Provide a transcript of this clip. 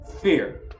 Fear